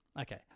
Okay